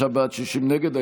55 בעד, 60 נגד.